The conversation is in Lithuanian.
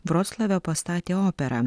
vroclave pastatė operą